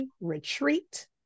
retreat